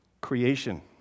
creation